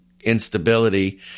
instability